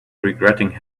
regretting